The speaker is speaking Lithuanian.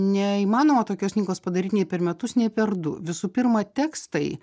neįmanoma tokios knygos padaryt nei per metus nei per du visų pirma tekstai